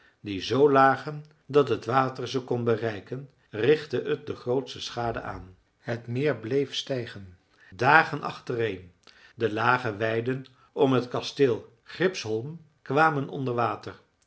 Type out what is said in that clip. die zoo lagen dat het water ze kon bereiken richtte het de grootste schade aan het meer bleef stijgen dagen achtereen de lage weiden om het kasteel gripsholm kwamen